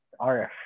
rf